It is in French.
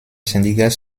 syndicat